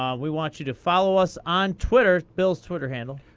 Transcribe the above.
um we want you to follow us on twitter. bill's twitter handle.